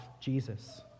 Jesus